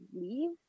leave